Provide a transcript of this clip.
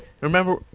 remember